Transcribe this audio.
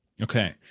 Okay